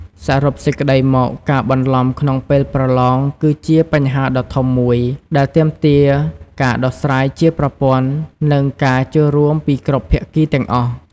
សរុបសេចក្តីមក ការបន្លំក្នុងពេលប្រឡងគឺជាបញ្ហាដ៏ធំមួយដែលទាមទារការដោះស្រាយជាប្រព័ន្ធ និងការចូលរួមពីគ្រប់ភាគីទាំងអស់។